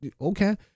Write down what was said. okay